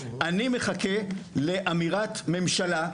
אני מחכה לאמירת ממשלה,